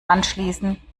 anschließen